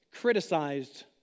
criticized